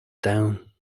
domhan